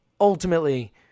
Ultimately